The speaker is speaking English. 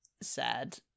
sad